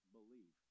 believe